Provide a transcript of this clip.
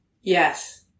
Yes